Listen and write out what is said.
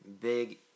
big